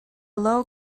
low